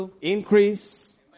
Increase